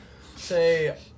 say